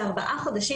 בארבעה חודשים,